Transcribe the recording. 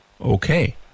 Okay